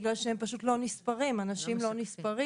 בגלל שהם פשוט לא נספרים: אנשים לא נספרים